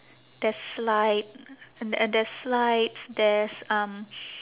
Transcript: there's slide and and there's slides there's um